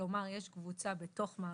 כלומר יש קבוצה בתוך החד-הוריות,